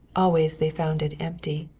always they found it empty.